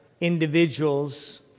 individuals